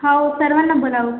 हो सर्वांना बोलावू